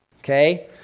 okay